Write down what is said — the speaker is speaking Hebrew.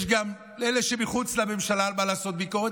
יש גם לאלו שמחוץ לממשלה על מה לעשות ביקורת,